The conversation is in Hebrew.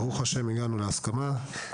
ברוך השם, הגענו להסכמה.